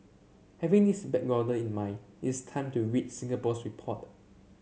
having this backgrounder in mind is time to read Singapore's report